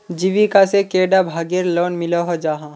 जीविका से कैडा भागेर लोन मिलोहो जाहा?